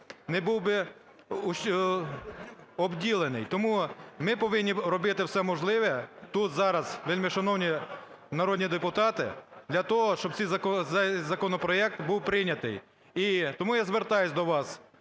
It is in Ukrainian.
не був би обділений. Тому ми повинні робити все можливе тут, зараз, вельмишановні народні депутати, для того, щоб цей законопроект був прийнятий. І тому я звертаюсь до вас,